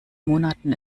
monaten